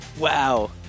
wow